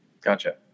Gotcha